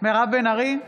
מירב בן ארי,